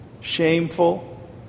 shameful